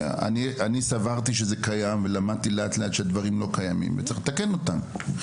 אני סברתי שזה קיים ולמדתי לאט לאט שהדברים לא קיימים וצריך לתקן אותם.